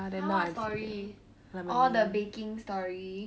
!huh! what story orh the baking story